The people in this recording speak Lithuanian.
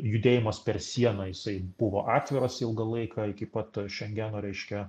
judėjimas per sieną jisai buvo atviras ilgą laiką iki pat šengeno reiškia